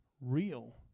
real